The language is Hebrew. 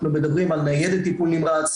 אנחנו מדברים על ניידת טיפול נמרץ,